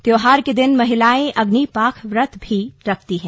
त्यौहार के दिन महिलाएं अग्निपाख व्रत रखती हैं